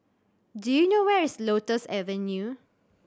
do you know where is Lotus Avenue